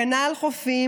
הגנה על חופים,